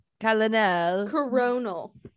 coronal